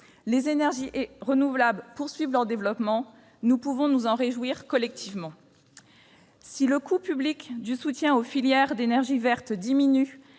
Les énergies renouvelables poursuivent leur développement, ce dont nous pouvons nous réjouir collectivement. Si le coût public du soutien aux filières d'énergies vertes diminue,